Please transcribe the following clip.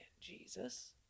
Jesus